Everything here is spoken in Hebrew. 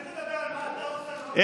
אולי תדבר על מה אתה עושה, תודה.